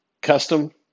custom